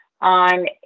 on